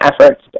efforts